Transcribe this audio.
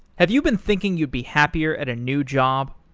have you been thinking you'd be happier at a new job?